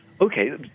Okay